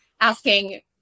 asking